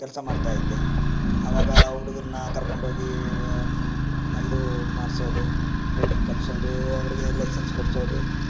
ಕೆಲಸ ಮಾಡ್ತಾಯಿದ್ದೆ ಆವಾಗ ಹುಡುಗರನ್ನ ಕರ್ಕೊಂಡು ಹೋಗಿ ಇದು ಮಾಡಿಸೋದು ಡ್ರೈವಿಂಗ್ ಕಲಿಸೋದು ಅವರಿಗೆ ಲೈಸನ್ಸ್ ಕೊಡಿಸೋದು